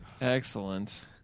Excellent